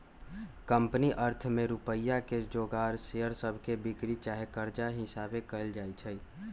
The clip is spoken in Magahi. कंपनी अर्थ में रुपइया के जोगार शेयर सभके बिक्री चाहे कर्जा हिशाबे कएल जाइ छइ